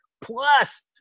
plus